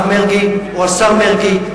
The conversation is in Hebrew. השר מרגי,